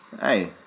Hey